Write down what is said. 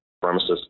pharmacist